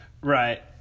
Right